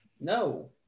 no